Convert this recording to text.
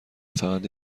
فقط